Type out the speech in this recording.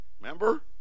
Remember